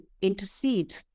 intercede